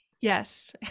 Yes